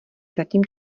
zatím